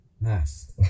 Nice